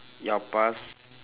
your past